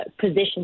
position